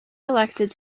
elected